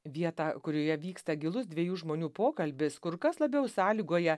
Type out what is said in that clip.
vietą kurioje vyksta gilus dviejų žmonių pokalbis kur kas labiau sąlygoja